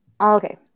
Okay